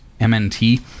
MNT